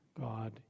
God